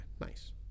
nice